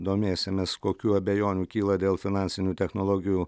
domėsimės kokių abejonių kyla dėl finansinių technologijų